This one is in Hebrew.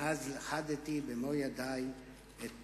מאז לכדתי במו ידי את